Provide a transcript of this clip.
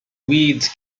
weeds